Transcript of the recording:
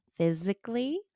Physically